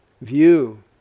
view